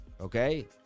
okay